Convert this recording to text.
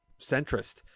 centrist